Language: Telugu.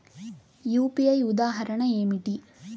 యూ.పీ.ఐ ఉదాహరణ ఏమిటి?